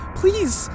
please